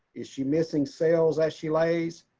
is she missing cells as she lays?